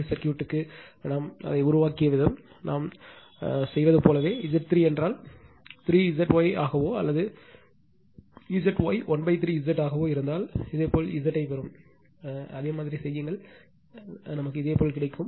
C சர்க்யூட்க்கு நாம் அதை உருவாக்கிய விதம் அதை நாம் செய்வது போலவே Z 3 என்றால் 3 Z Y ஆகவோ அல்லது Z Y 13 Z ஆகவோ இருந்தால் இதேபோல் Z ஐப் பெறும் அதேபோல் அதைச் செய்யுங்கள் இதேபோல் கிடைக்கும்